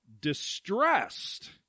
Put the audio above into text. distressed